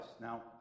Now